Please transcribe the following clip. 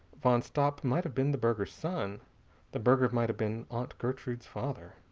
van stopp might have been the burgher's son the burgher might have been aunt gertrude's father.